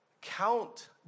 Count